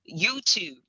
YouTube